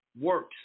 works